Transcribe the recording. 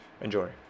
Enjoy